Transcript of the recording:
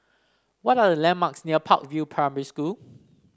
what are the landmarks near Park View Primary School